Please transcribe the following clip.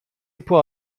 può